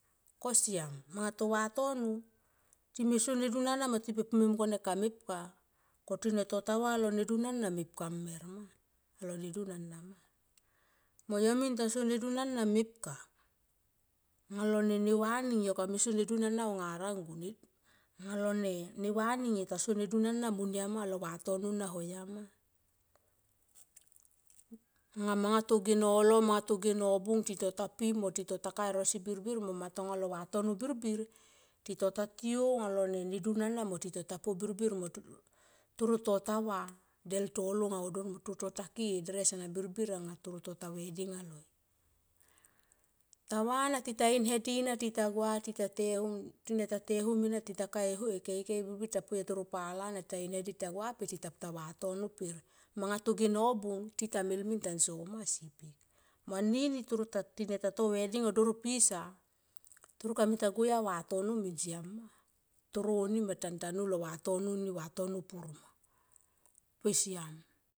Ko siam anga to vatono time so ne dun ana mo time mung kone kamepka. Ko tito ta va molo ne dun ana mepka mer ma alo ne dun ana ma. Mo yo min ta so ne dun ana mepka anga lone va ning yo kame so ne dun ana au nga rang go. Alo ne va ning yo ta so nedun ana monia ma lo vatono na hoya ma. Anga manga toge holo manga toge nobung tito ta pi mo tito ta ka ero si birbir mo matonga lo vatono birbir tito ta tiou anga lone dun ana mo tito ta po birbir mo toro tota va del to lo aunga oh doro mo toro tota ki e dres ana birbir anga toro tota veding anga loi. Ta vana tita in hedi na tita gua tita te hum tine ta te hum ena tita ka e keikei birbir tita poi a taro pala na tita in hadi titagua pe tita pu ta vatono per manga toge nobung tita mil nin tanso ma sipik. Mo anini taro na tita to veding oh doro pisa toro kamita go au ya vatono min siam ma taro nima tan tanun lo vatono ni vatono pur ma pe siam.